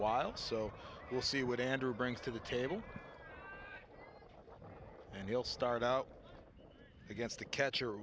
while so we'll see what andrew brings to the table and he'll start out against the catcher